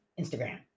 Instagram